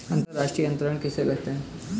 अंतर्राष्ट्रीय अंतरण किसे कहते हैं?